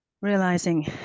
realizing